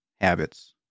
habits